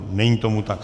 Není tomu tak.